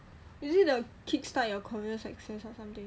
is it the kickstart your career section or something